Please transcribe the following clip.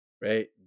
right